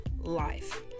life